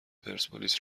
پرسپولیس